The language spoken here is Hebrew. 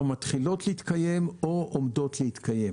מתחילות להתקיים או עומדות להתקיים.